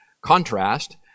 contrast